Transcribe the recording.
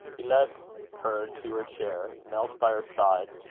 he led her to her chair, knelt by her side,